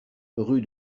rue